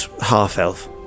half-elf